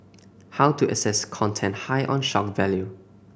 how to assess content high on shock value